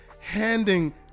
handing